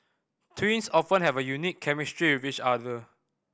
twins often have a unique chemistry with each other